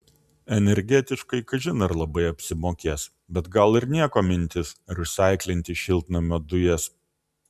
energetiškai kažin ar labai apsimokės bet gal ir nieko mintis resaiklinti šiltnamio dujas